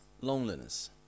loneliness